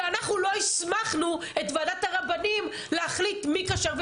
ואנחנו לא הסמכנו את ועדת הרבנים להחליט מי כשר,